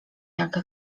jak